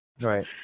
right